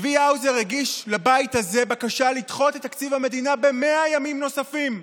צבי האוזר הגיש לבית הזה בקשה לדחות את תקציב המדינה ב-100 ימים נוספים.